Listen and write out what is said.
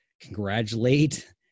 congratulate